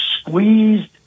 squeezed